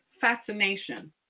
fascination